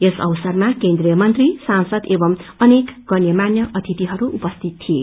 यस अवसरमा केन्द्रिय मंत्री सांसद एवं अनेक गण्यमान्य अतिथिहरू उपस्थित थिए